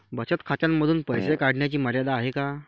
बचत खात्यांमधून पैसे काढण्याची मर्यादा आहे का?